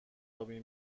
آبی